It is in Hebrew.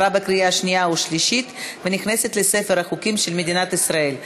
עברה בקריאה השנייה והשלישית ונכנסת לספר החוקים של מדינת ישראל.